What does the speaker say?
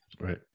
Right